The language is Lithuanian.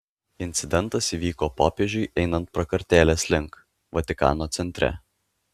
incidentas įvyko popiežiui einant prakartėlės link vatikano centre